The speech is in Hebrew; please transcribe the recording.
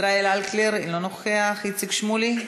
ישראל אייכלר, אינו נוכח, איציק שמולי,